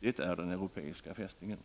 Det är